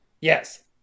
yes